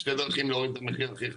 שתי דרכים להוריד את המחיר הכי חזק.